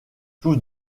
tous